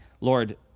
Lord